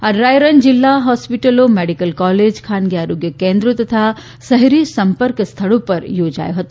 આ ડ્રાયરન જિલ્લા હોસ્પિટલો મેડિકલ કોલેજ ખાનગી આરોગ્ય કેન્દ્રો તથા શહેરી સંપર્ક સ્થળો પર યોજાયો હતો